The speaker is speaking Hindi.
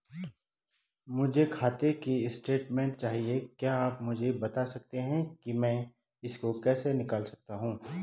मुझे खाते की स्टेटमेंट चाहिए क्या आप मुझे बताना सकते हैं कि मैं इसको कैसे निकाल सकता हूँ?